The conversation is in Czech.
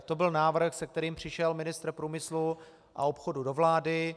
To byl návrh, se kterým přišel ministr průmyslu a obchodu do vlády.